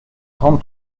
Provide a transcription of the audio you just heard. trente